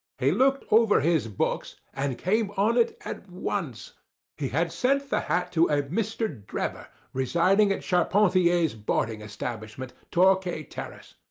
he looked over his books, and came on it at once he had sent the hat to a mr. drebber, residing at charpentier's boarding establishment, torquay terrace.